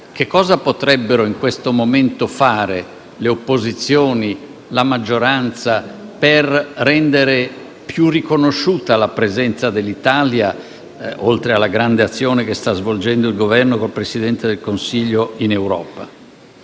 che cosa potrebbero fare in questo momento le opposizioni e la maggioranza per rendere più riconosciuta la presenza dell'Italia, oltre alla grande azione che sta svolgendo il Governo con il Presidente del Consiglio, in Europa.